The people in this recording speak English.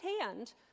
hand